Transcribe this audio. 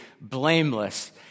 blameless